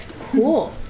Cool